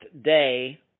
Day